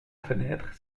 fenêtre